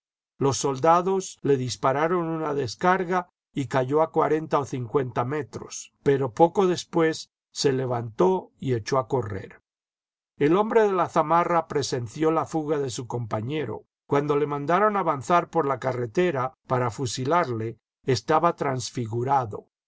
los soldados le dispararon una descarga y cayó a cuarenta o cincuenta metros pero poco después se levantó y echó a correr el hombre de la zamarra presenció la fuga de su compañero cuando le mandaron avanzar por la carretera para fusilarle estaba transfigurado